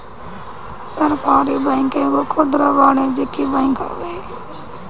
सहकारी बैंक एगो खुदरा वाणिज्यिक बैंक हवे